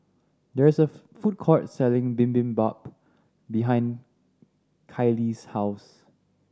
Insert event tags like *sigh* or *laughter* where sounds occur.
there is a *unintelligible* food court selling Bibimbap behind Kiley's house